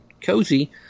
cozy